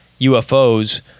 UFOs